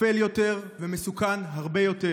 אפל יותר ומסוכן הרבה יותר.